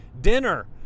dinner